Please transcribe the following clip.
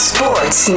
Sports